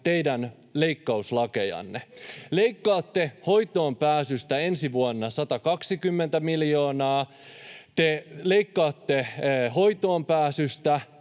teidän leikkauslakejanne. Leikkaatte hoitoonpääsystä ensi vuonna 120 miljoonaa. Terveyskeskuksiin ei pääse